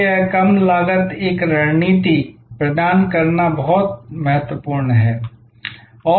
तो यह कम लागत एक रणनीति प्रदान करना बहुत महत्वपूर्ण है